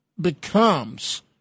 becomes